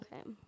Okay